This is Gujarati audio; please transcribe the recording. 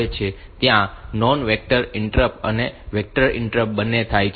ત્યાં નોન વેક્ટર ઈન્ટ્રપ્ટ અને વેક્ટર ઈન્ટરપ્ટ બંને થાય છે